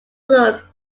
look